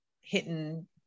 hitting